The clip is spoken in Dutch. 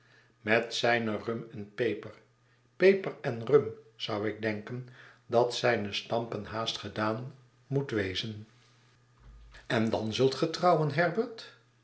met zijne rum en peper peper en rum zou ik denken dat zijn stampen haast gedaan moet wezen en dan zult